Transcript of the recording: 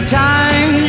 time